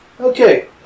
Okay